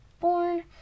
born